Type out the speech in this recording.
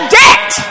debt